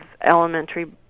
elementary